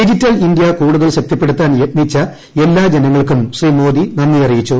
digital India കൂടുതൽ ശക്തിപ്പെടുത്താൻ യത്നിച്ച എല്ലാ ജനങ്ങൾക്കും ശ്രീ മോദി നന്ദി അറിയിച്ചു